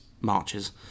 Marches